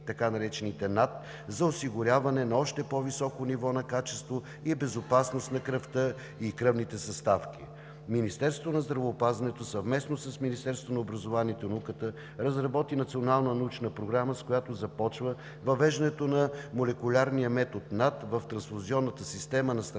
така наречените NAT за осигуряване на още по-високо ниво на качество и безопасност на кръвта и кръвните съставки. Министерството на здравеопазването съвместно с Министерството на образованието и науката разработи Национална научна програма, с която започва въвеждането на молекулярния метод NАT в трансфузионната система на страната